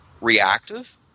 reactive